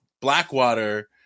Blackwater